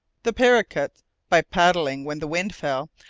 the paracuta, by paddling when the wind fell,